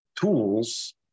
tools